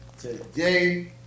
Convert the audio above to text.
Today